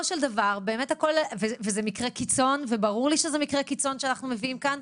ברור לי שזה מקרה קיצון שאנחנו מביאים כאן,